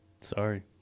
Sorry